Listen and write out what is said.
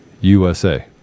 USA